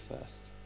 first